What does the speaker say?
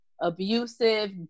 abusive